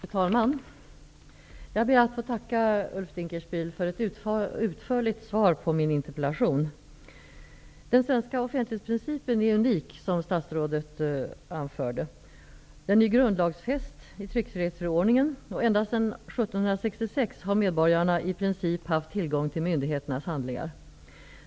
Fru talman! Jag ber att få tacka Ulf Dinkelspiel för ett utförligt svar på min interpellation. Den svenska offentlighetsprincipen är unik, som statsrådet sade. Den är grundlagsfäst i tryckfrihetsförordningen. Ända sedan 1766 har medborgarna i princip haft tillgång till myndigheternas handlingar.